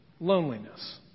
loneliness